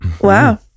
Wow